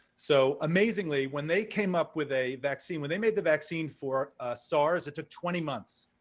so amazingly, when they came up with a vaccine, when they made the vaccine for ah sars, it took twenty months.